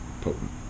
potent